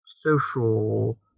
social